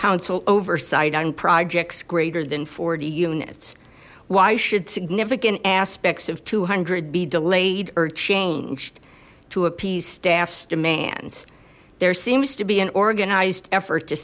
council oversight on projects greater than forty units why should significant aspects of two hundred be delayed or changed to appease staff's demands there seems to be an organized effort to